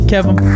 Kevin